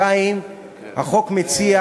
2. החוק מציע